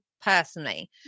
personally